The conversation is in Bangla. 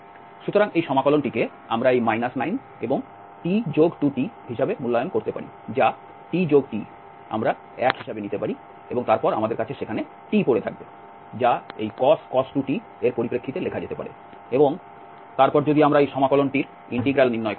সুতরাং এই সমাকলনটিকে আমরা এই 9 এবং t 2t হিসাবে মূল্যায়ন করতে পারি যা t t আমরা 1 হিসাবে নিতে পারি এবং তারপর আমাদের কাছে সেখানে t পড়ে থাকবে যা এই cos 2t এর পরিপ্রেক্ষিতে লেখা যেতে পারে এবং তারপর যদি আমরা এই সমাকলনটির ইন্টিগ্রাল নির্ণয় করি